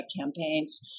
campaigns